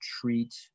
treat